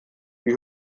die